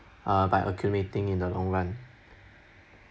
uh by accumulating in the long run